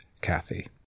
Kathy